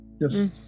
Yes